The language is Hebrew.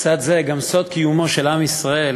לצד זה, סוד קיומו של עם ישראל